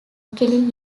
killing